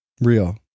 Real